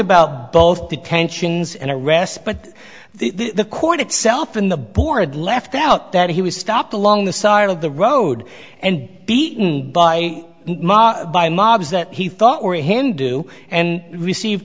about both detentions and arrest but the court itself in the board left out that he was stopped along the side of the road and beaten by by mobs that he thought were a hindu and receive